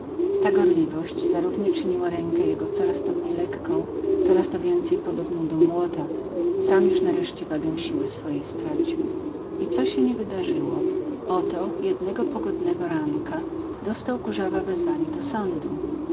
ta gorliwość zarównie czyniła rękę jego coraz to mniej lekką coraz to więcej podobną do młota sam już nareszcie wagę siły swojej stracił i co się nie wydarzyło oto jednego pogodnego rana dostał kurzawa wezwanie do sądu